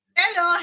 hello